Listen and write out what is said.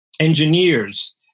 engineers